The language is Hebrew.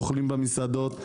אוכלים במסעדות,